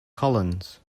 collins